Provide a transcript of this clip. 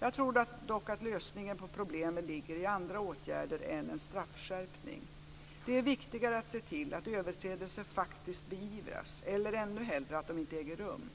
Jag tror dock att lösningen på problemen ligger i andra åtgärder än en straffskärpning. Det är viktigare att se till att överträdelser faktiskt beivras eller, ännu hellre, att de inte äger rum.